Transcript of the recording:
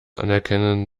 anerkennen